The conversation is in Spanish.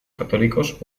católicos